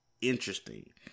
interesting